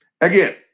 Again